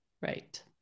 Right